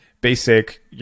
basic